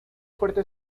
fuerte